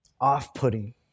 off-putting